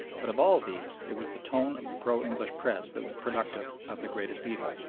but of all these it was the tone of the pro-english press that was productive of the greatest evil.